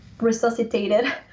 resuscitated